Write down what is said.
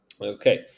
okay